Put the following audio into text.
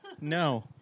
No